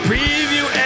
Preview